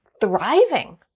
thriving